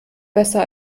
besser